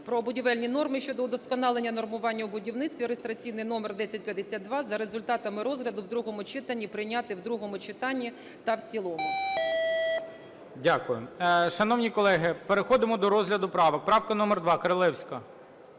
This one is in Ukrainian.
"Про будівельні норми" щодо удосконалення нормування у будівництві (реєстраційний номер 1052) за результатами розгляду розгляду в другому читанні прийняти в другому читанні та в цілому. ГОЛОВУЮЧИЙ. Дякую. Шановні колеги, переходимо до розгляду правок. Правка номер 2. Королевська?